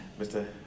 Mr